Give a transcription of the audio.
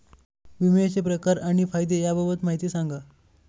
विम्याचे प्रकार आणि फायदे याबाबत माहिती सांगा